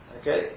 okay